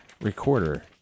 Recorder